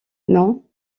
non